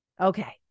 Okay